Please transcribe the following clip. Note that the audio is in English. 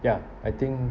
ya I think